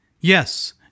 Yes